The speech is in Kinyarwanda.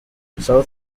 southern